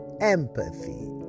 empathy